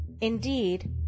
Indeed